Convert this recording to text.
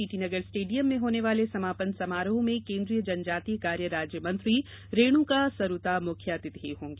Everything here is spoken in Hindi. टीटी नगर स्टेडियम में होने वाले समापन समारोह में केन्द्रीय जनजातीय कार्य राज्य मंत्री रेणुका सरूता मुख्य अतिथि होंगी